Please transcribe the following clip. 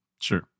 Sure